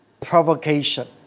provocation